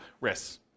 risks